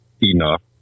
enough